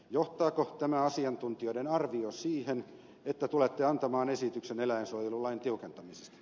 johtaako tämä asiantuntijoiden arvio siihen että tulette antamaan esityksen eläinsuojelulain tiukentamisesta